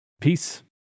Peace